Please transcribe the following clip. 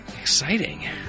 Exciting